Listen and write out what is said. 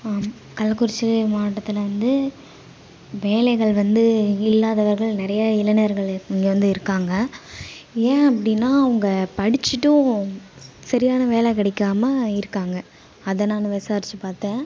கள்ளக்குறிச்சி மாவட்டத்தில் வந்து வேலைகள் வந்து இல்லாதவர்கள் நிறையா இளைனர்கள் இங்கேவந்து இருக்காங்க ஏன் அப்படின்னா அவங்க படிச்சிட்டும் சரியான வேலை கிடைக்காமல் இருக்காங்க அதை நான் விசாரிச்சுப் பார்த்தேன்